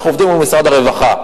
אנחנו עובדים מול משרד הרווחה.